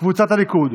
קבוצת סיעת הליכוד,